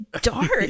dark